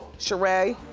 sheree,